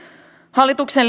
hallituksen